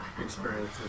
experiences